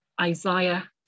Isaiah